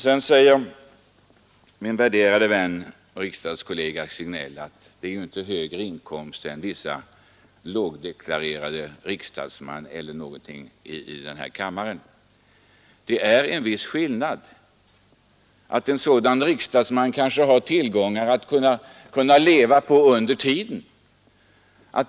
Sedan säger min värderade vän och riksdagskollega Signell att det inte i detta fall är lägre inkomst än vissa låginkomsttagare bland riksdagsmän i denna kammare. Det är en viss skillnad. En sådan riksdagsman kanske har tillgångar att kunna leva på under tiden.